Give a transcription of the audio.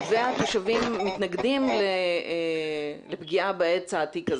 אבל התושבים מתנגדים לפגיעה בעץ העתיק הזה.